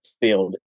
field